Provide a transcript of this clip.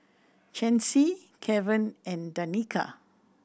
Chancy Keven and Danica